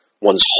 one's